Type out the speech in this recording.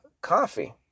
coffee